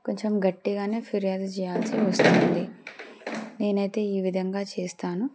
కొంచెం గట్టిగానే ఫిర్యాదు చేయాల్సి వస్తుంది నేను అయితే ఈ విధంగా చేస్తాను